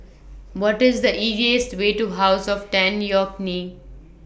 What IS The easiest Way to House of Tan Yeok Nee